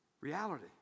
Reality